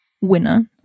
winner